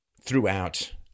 throughout